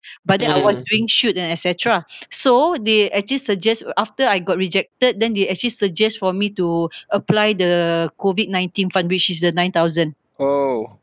but then I was doing shoot and etcetera so they actually suggest after I got rejected then they actually suggest for me to apply the COVID nineteen fund which is the nine thousand